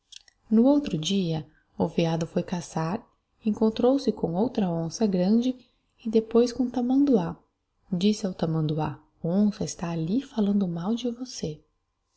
no outro dia o veado foi caçar encontrou-se eom outra onça grande e depois com um tamanduá disse ao tamanduá onça está ali falando mal de você